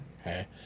Okay